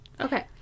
Okay